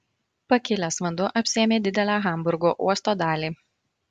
pakilęs vanduo apsėmė didelę hamburgo uosto dalį